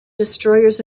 destroyers